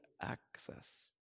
access